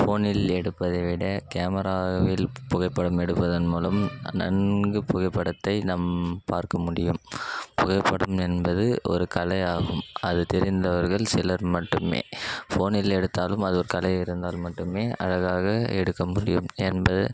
ஃபோனில் எடுப்பதை விட கேமராவில் புகைப்படம் எடுப்பதன் மூலம் நன்கு புகைப்படத்தை நாம் பார்க்க முடியும் புகைப்படம் என்பது ஒரு கலையாகும் அது தெரிந்தவர்கள் சிலர் மட்டுமே ஃபோனில் எடுத்தாலும் அது ஒரு கலை இருந்தால் மட்டுமே அழகாக எடுக்க முடியும் என்பது